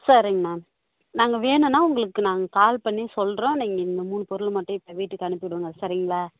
சரிங்க மேம் நாங்கள் வேணும்னா உங்களுக்கு நாங்கள் கால் பண்ணி சொல்கிறோம் நீங்கள் இந்த மூணு பொருள் மட்டும் வீட்டுக்கு அனுப்பி விடுங்க சரிங்களா